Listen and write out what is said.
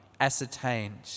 ascertained